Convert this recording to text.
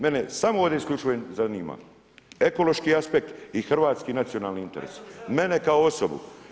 Mene samo ovdje isključivo zanima ekološki aspekt i hrvatski nacionalni interes, mene kao osobu.